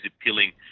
appealing